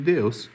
Deus